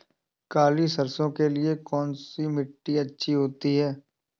काली सरसो के लिए कौन सी मिट्टी अच्छी होती है?